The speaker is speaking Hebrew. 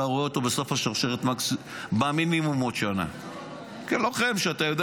אתה רואה אותו בסוף השרשרת מינימום בעוד שנה כלוחם שאתה יודע